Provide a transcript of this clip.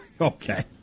okay